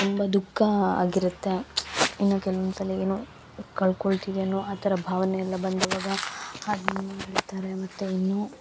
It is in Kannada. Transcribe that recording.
ತುಂಬ ದುಃಖ ಆಗಿರತ್ತೆ ಇನ್ನು ಕೆಲ್ವೊಂದು ಸಲ ಏನೋ ಕಳ್ಕೊಳ್ತೀವಿ ಅನ್ನೋ ಆ ಥರ ಭಾವನೆ ಎಲ್ಲ ಬಂದಾಗ ಹಾಡನ್ನ ಹಾಡ್ತಾರೆ ಮತ್ತು ಇನ್ನು